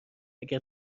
اگر